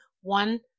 One